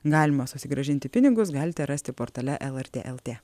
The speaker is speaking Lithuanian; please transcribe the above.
galima susigrąžinti pinigus galite rasti portale lrt lt